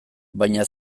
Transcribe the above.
baina